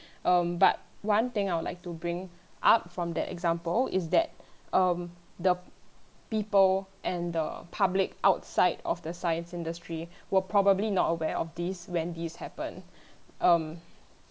um but one thing I would like to bring up from that example is that um the people and the public outside of the science industry were probably not aware of this when this happened um